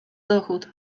dochód